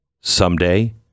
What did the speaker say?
someday